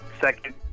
Second